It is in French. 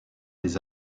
les